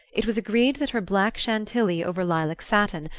it was agreed that her black chantilly over lilac satin,